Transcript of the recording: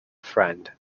friend